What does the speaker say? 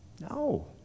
No